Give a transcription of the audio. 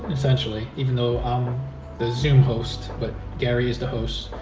essentially, even though i'm the zoom host, but gary is the host,